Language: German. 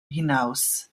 hinaus